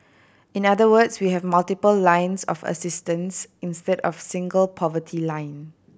in other words we have multiple lines of assistance instead of single poverty line